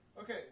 Okay